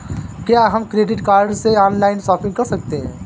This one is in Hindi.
क्या हम क्रेडिट कार्ड से ऑनलाइन शॉपिंग कर सकते हैं?